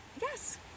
Yes